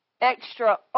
extra